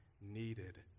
needed